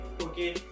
Okay